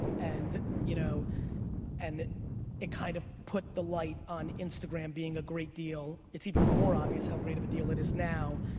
and you know and it kind of put the light on instagram being a great deal. it's even more obvious how great of a deal it is now.